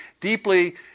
deeply